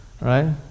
right